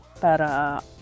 para